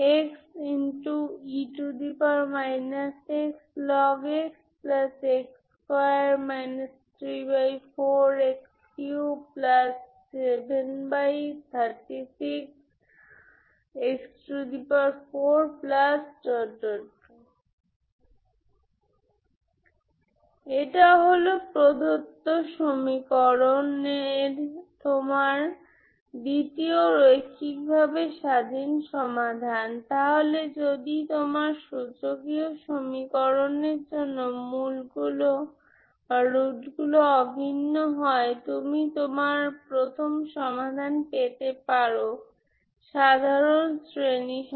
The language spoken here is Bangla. সুতরাং এই কনভারজেন্সটি আলাদা তাই যদি এটি পয়েন্ট ওয়াইজ কনভারজেন্স না হয় তবে এটিকে ইস্কোয়ার ইন্টিগ্রেবল কনভারজেন্স বলা হয় তাহলে এটি একই রকম যদি আপনি আপনার x ঠিক করেন এবং তারপর দেখুন যে এই সংখ্যা সিরিজটি নির্দিষ্ট মানের সাথে মিলিত হয়